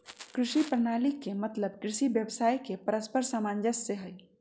कृषि प्रणाली के मतलब कृषि व्यवसाय के परस्पर सामंजस्य से हइ